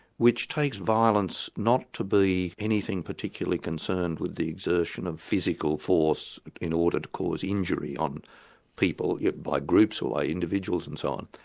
which takes violence not to be anything particularly concerned with the exertion of physical force in order to cause injury on people yeah by groups or by individuals and so on.